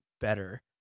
better